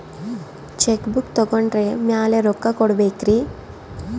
Check book ತೊಗೊಂಡ್ರ ಮ್ಯಾಲೆ ರೊಕ್ಕ ಕೊಡಬೇಕರಿ?